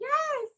Yes